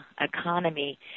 economy